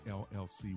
llc